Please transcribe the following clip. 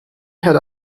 head